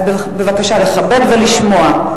אז בבקשה לכבד ולשמוע.